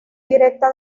directa